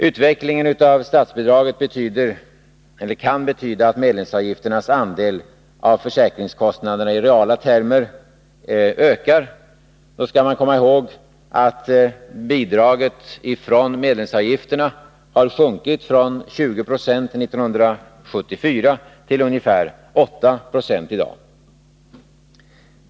Utvecklingen av statsbidraget kan betyda att medlemsavgifternas andel av försäkringskostnaderna i reala termer ökar. Man skall då komma ihåg att bidraget från medlemsavgifterna har sjunkit från 20 90 1974 till ungefär 8 96 i dag.